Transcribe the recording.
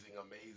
amazing